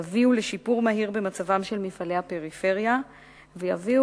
יביאו לשיפור מהיר במצבה של הפריפריה ולהגדלת